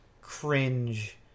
cringe